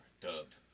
dubbed